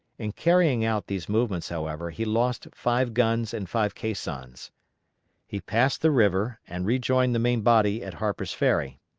in carrying out these movements, however, he lost five guns and five caissons. he passed the river and rejoined the main body at harper's ferry.